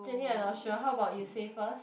Jenny I not sure how about you say first